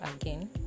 again